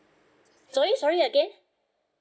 sorry sorry again